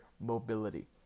mobility